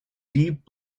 deep